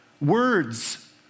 Words